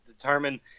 determine